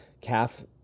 calf